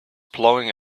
plowing